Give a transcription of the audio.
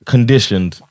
Conditioned